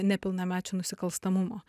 nepilnamečių nusikalstamumo